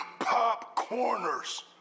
Popcorners